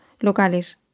locales